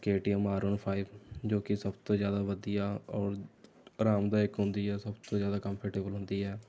KTM R one five ਜੋ ਕਿ ਸਭ ਤੋਂ ਜ਼ਿਆਦਾ ਵਧੀਆ ਔਰ ਆਰਾਮਦਾਇਕ ਹੁੰਦੀ ਹੈ ਸਭ ਤੋਂ ਜ਼ਿਆਦਾ ਕੰਫਰਟੇਬਲ ਹੁੰਦੀ ਹੈ